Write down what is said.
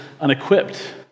unequipped